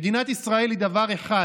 "מדינת ישראל היא דבר אחד: